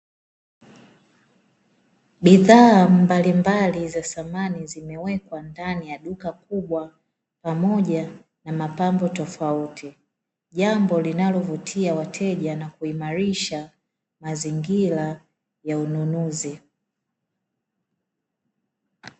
Bidhaa mbalimbali za thamani zimewekwa ndani ya duka kubwa pamoja na mapambo tofauti. Jambo linalovutia wateja na kuimarisha mazingira ya ununuzi.